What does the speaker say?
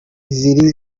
nini